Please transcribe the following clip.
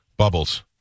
Bubbles